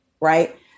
Right